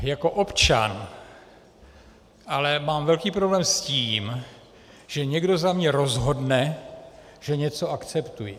Jako občan ale mám velký problém s tím, že někdo za mě rozhodne, že něco akceptuji.